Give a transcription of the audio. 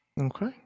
okay